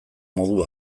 modu